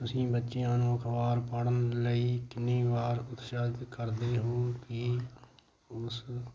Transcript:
ਤੁਸੀਂ ਬੱਚਿਆਂ ਨੂੰ ਅਖਬਾਰ ਪੜ੍ਹਨ ਲਈ ਕਿੰਨੀ ਵਾਰ ਉਤਸਾਹਿਤ ਕਰਦੇ ਹੋ ਕਿ ਉਸ